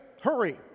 hurry